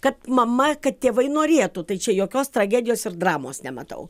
kad mama kad tėvai norėtų tai čia jokios tragedijos ir dramos nematau